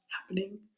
happening